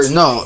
no